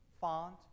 font